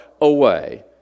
away